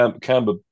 Camber